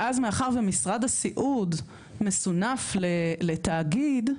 ואז, מאחר ומשרד הסיעוד מסונף לתאגיד,